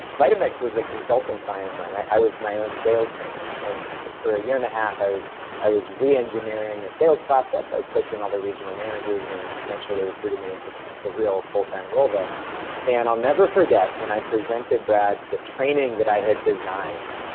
vitamix was a consulting client of mine. i i was my own sales trainer and for a year and a half i was i was re-engineering their sales process, i was coaching all their regional managers and then eventually they recruited me into the the real full time role there and i'll never forget when i presented, brad, the training that i had designed,